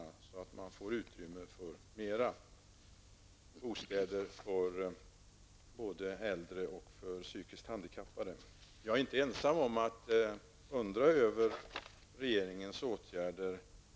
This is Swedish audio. På så sätt får man utrymme för flera bostäder, både för äldre och för psykiskt handikappade. Jag är inte ensam om att undra över regeringens åtgärder.